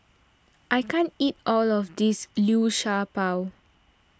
I can't eat all of this Liu Sha Bao